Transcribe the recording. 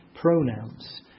pronouns